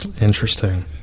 Interesting